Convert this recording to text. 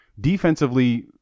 defensively